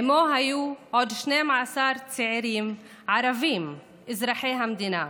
עימו היו עוד 12 צעירים ערבים אזרחי המדינה.